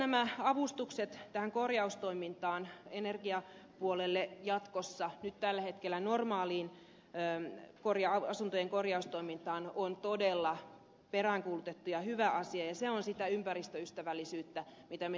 nämä avustukset korjaustoimintaan energiapuolelle jatkossa nyt tällä hetkellä normaaliin asuntojen korjaustoimintaan ovat todella peräänkuulutettu ja hyvä asia ja se on sitä ympäristöystävällisyyttä mitä me tarvitsemme